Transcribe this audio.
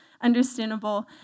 understandable